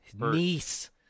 Niece